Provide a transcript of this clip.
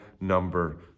number